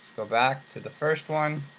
go back to the first one.